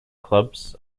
clubs